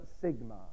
sigma